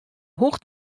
hoecht